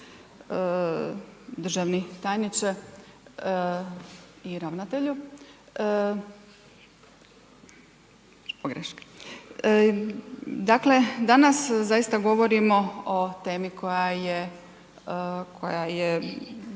državni tajniče i ravnatelju, dakle danas zaista govorimo o temi koja je,